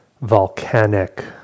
volcanic